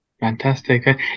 Fantastic